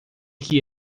que